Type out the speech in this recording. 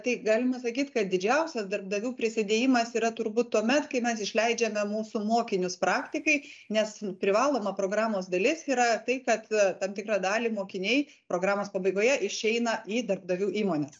tai galima sakyt kad didžiausias darbdavių prisidėjimas yra turbūt tuomet kai mes išleidžiame mūsų mokinius praktikai nes privaloma programos dalis yra tai kad tam tikrą dalį mokiniai programos pabaigoje išeina į darbdavių įmones